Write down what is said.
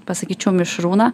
pasakyčiau mišrūną